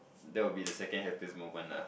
that will be the second happiest moment lah